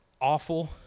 awful